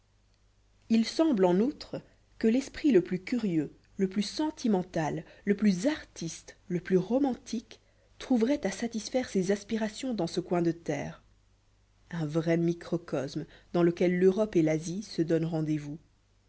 il semble en outre que l'esprit le plus curieux le plus sentimental le plus artiste le plus romantique trouverait à satisfaire ses aspirations dans ce coin de terre un vrai microcosme dans lequel l'europe et l'asie se donnent rendez-vous